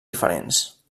diferents